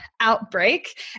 outbreak